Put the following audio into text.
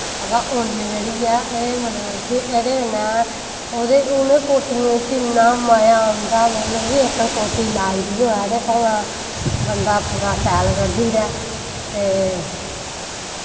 अवा उन जेह्ड़ी ऐ एह् मतलव कि एह्दे कन्नै ओह्दे उनैं कोट्टियें च इन्ना मज़ा औंदा मतलव कि इक्क कोट्टी लाई दी होऐ ते भमैं बंदा पूरा स्याल कड्ढी ओड़ै ते